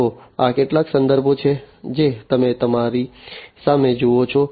તો આ કેટલાક સંદર્ભો છે જે તમે તમારી સામે જુઓ છો